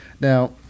Now